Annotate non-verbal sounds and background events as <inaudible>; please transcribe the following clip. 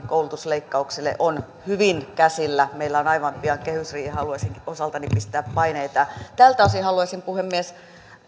<unintelligible> koulutusleikkauksille jotakin on hyvin käsillä meillä on aivan pian kehysriihi ja haluaisinkin osaltani pistää paineita tältä osin haluaisin puhemies